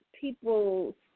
people